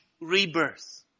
rebirth